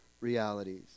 realities